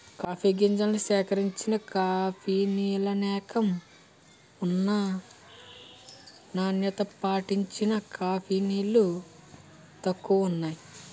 coffee గింజల్ని సేకరించిన కంపినీలనేకం ఉన్నా నాణ్యత పాటించిన కంపినీలు తక్కువే వున్నాయి